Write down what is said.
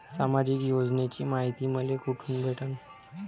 सामाजिक योजनेची मायती मले कोठून भेटनं?